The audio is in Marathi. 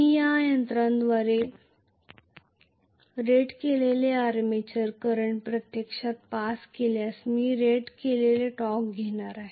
मी यंत्राद्वारे रेट केलेले आर्मेचर करंट प्रत्यक्षात पास केल्यास मी रेट केलेले टॉर्क घेणार आहे